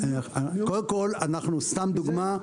קודם כל, אנחנו, סתם דוגמה,